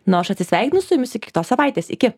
na o aš atsisveikinu su jumis iki kitos savaitės iki